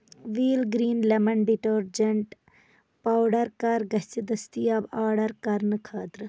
ویٖل green lemon detergent powder کَر گژھِ دٔستیاب آڈر کرنہٕ خٲطرٕ؟